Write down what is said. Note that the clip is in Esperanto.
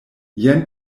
jen